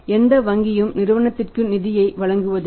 எந்த வங்கியும் நிறுவனங்களுக்கு நிதியை வழங்குவதில்லை